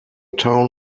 town